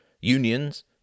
unions